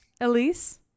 Elise